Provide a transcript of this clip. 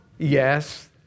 Yes